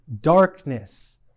darkness